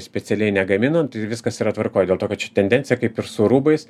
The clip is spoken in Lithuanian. specialiai negaminant tai viskas yra tvarkoj dėl to kad ši tendencija kaip ir su rūbais